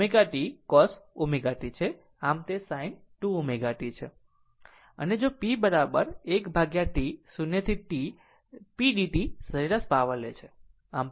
આમ sin 2 ω t છે અને જો P 1 T 0 થી T p dt સરેરાશ પાવર લે છે